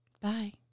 Bye